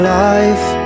life